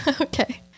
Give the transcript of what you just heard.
Okay